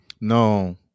No